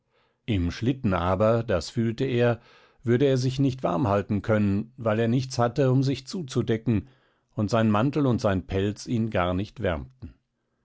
im schlitten aber das fühlte er würde er sich nicht warm halten können weil er nichts hatte um sich zuzudecken und sein mantel und sein pelz ihn gar nicht wärmten